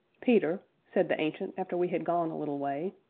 peter, said the ancient, after we had gone a little way,